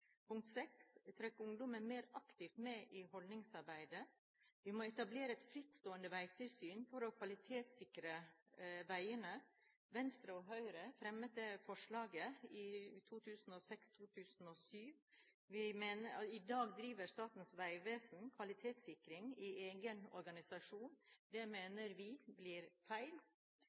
trekke ungdommen mer aktivt med i holdningsarbeidet. 7. Vi må etablere et frittstående veitilsyn for å kvalitetssikre veiene. Venstre og Høyre fremmet det forslaget i 2006/2007. I dag driver Statens vegvesen kvalitetssikring i egen organisasjon. Det mener vi blir feil.